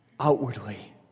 outwardly